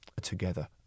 together